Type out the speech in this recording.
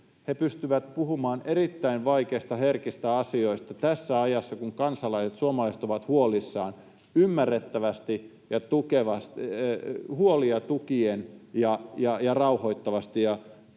He pystyvät puhumaan erittäin vaikeista, herkistä asioista tässä ajassa, kun kansalaiset, suomalaiset, ovat huolissaan, ymmärrettävästi ja huolia tukien ja rauhoittavasti.